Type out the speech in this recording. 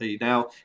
now